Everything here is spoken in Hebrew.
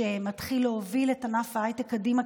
שמתחיל להוביל את ענף ההייטק קדימה,